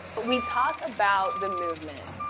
but we talk about the movement,